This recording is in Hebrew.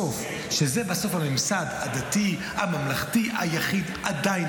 שזה בסוף הממסד הדתי הממלכתי היחיד עדיין,